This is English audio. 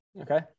Okay